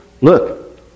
Look